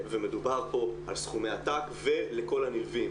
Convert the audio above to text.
מדובר פה על סכומי עתק ולכל הנלווים.